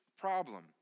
problem